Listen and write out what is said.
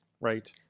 Right